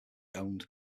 owned